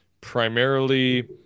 primarily